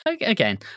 Again